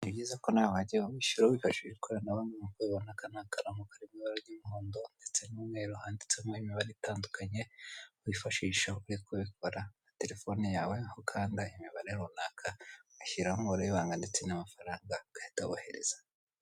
Ni byiza ko nawe wajya wishyura wifashishije ikoranabuhanga n'uko ubibona aka ni akaronko kari mu ibara ry'umuhondo ndetse n'umweru handitsemo imibare itandukanye wifashisha uri kubikora na telefone yawe, aho ukanda imibare runaka ugashyiramo umubare w'ibanga ndetse n'amafaranga ugahita wohereza.